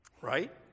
right